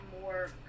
more